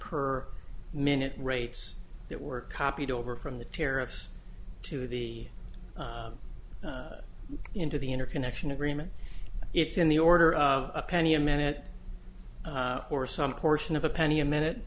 per minute rates that were copied over from the tariffs to the into the interconnection agreement it's in the order of a penny a minute or some portion of a penny a minute